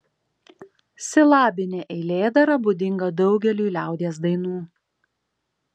silabinė eilėdara būdinga daugeliui liaudies dainų